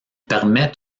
permet